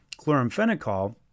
chloramphenicol